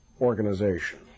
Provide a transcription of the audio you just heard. organization